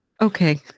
okay